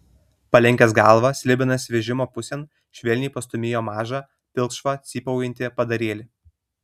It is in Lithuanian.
palenkęs galvą slibinas vežimo pusėn švelniai pastūmėjo mažą pilkšvą cypaujantį padarėlį